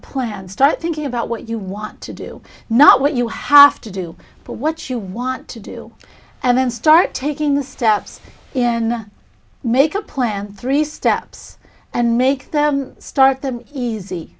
plan start thinking about what you want to do not what you have to do but what you want to do and then start taking steps in make a plan three steps and make them start them easy